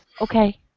Okay